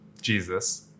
Jesus